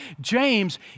James